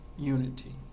unity